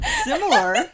similar